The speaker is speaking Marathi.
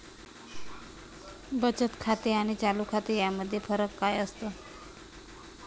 बचत खाते आणि चालू खाते यामध्ये फरक काय असतो?